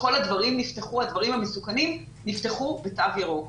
כאשר כל הדברים נפתחו, נפתחו בתו ירוק.